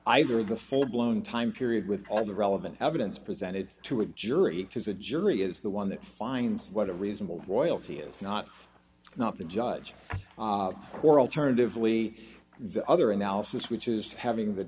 either the full blown time period with all the relevant evidence presented to a jury as a jury is the one that finds what a reasonable royalty is not not the judge or alternatively the other analysis which is having the